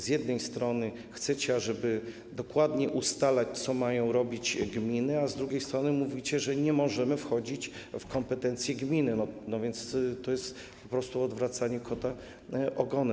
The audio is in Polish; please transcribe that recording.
Z jednej strony chcecie, ażeby dokładnie ustalać, co mają robić gminy, a z drugiej strony mówicie, że nie możemy wchodzić w kompetencje gminy - to jest po prostu odwracanie kota ogonem.